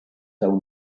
own